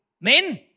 men